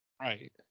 Right